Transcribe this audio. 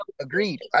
agreed